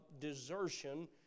desertion